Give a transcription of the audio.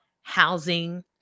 housing